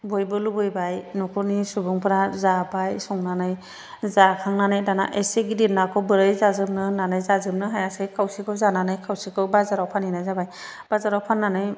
बयबो लुबैबाय न'खरनि सुबुंफोरा जाबाय संनानै जाखांनानै दाना एसे गिदिर नाखौ बोरै जाजोबनो होननानै जाजोबनो हायासै खावसेखौ जानानै खावसेखौ बाजाराव फानहैनाय जाबाय बाजाराव फाननानै